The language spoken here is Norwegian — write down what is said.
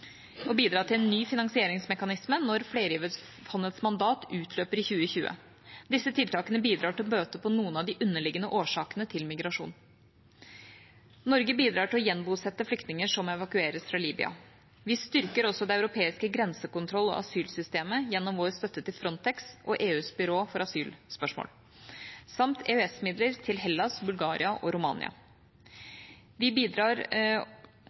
å bidra til en ny finansieringsmekanisme når flergiverfondets mandat utløper i 2020. Disse tiltakene bidrar til å bøte på noen av de underliggende årsakene til migrasjon. Norge bidrar til å gjenbosette flyktninger som evakueres fra Libya. Vi styrker også det europeiske grensekontroll- og asylsystemet gjennom vår støtte til Frontex og EUs byrå for asylspørsmål samt EØS-midler til Hellas, Bulgaria og Romania. Vi bidrar